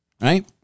right